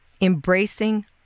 embracing